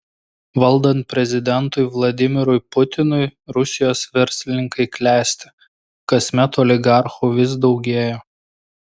valdant prezidentui vladimirui putinui rusijos verslininkai klesti kasmet oligarchų vis daugėja